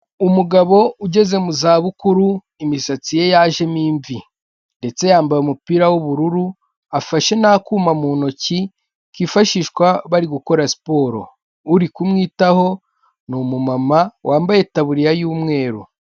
Umugabo ugeze mu zabukuru imisatsi ye yajemo imvi, ndetse yambaye umupira w'ubururu, afashe n'akuma mu ntoki kifashishwa bari gukora siporo, uri kumwitaho ni umumama wambaye itaburiya y'umweru.